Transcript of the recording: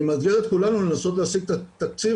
אני מאתגר את כולנו לנסות להשיג את התקציב